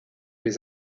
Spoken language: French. les